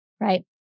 right